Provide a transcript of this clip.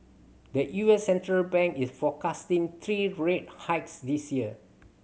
the U S central bank is forecasting three rate hikes this year